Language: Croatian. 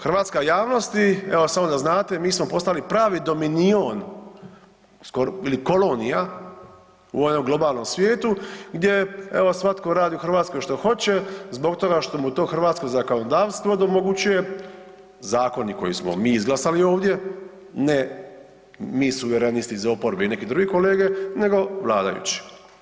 Hrvatska javnosti evo samo da znate mi smo postali pravi dominion ili kolonija u ovom jednom globalnom svijetu gdje evo svatko radi u Hrvatskoj što hoće zbog toga što mu to hrvatsko zakonodavstvo omogućuje, zakoni koje smo mi izglasali ovdje, ne mi suverenisti iz oporbe i neki drugi kolege nego vladajući.